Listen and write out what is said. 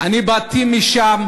אני באתי משם,